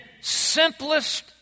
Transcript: simplest